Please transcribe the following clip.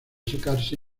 secarse